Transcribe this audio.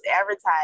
advertised